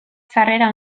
sarrera